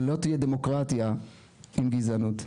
ולא תהיה דמוקרטיה עם גזענות.